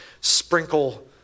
sprinkle